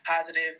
positive